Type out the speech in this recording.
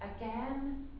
again